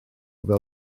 fel